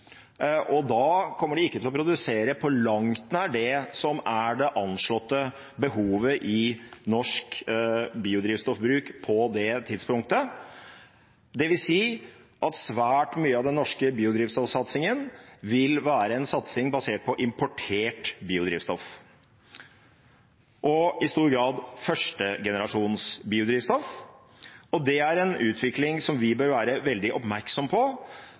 Da kommer de ikke til å produsere på langt nær det som er det anslåtte behovet i norsk biodrivstoffbruk på det tidspunktet, dvs. at svært mye av den norske biodrivstoffsatsingen vil være en satsing basert på importert biodrivstoff, og i stor grad førstegenerasjons biodrivstoff. Det er en utvikling som vi bør være veldig oppmerksom på,